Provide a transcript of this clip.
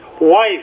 wife